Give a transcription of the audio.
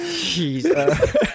Jesus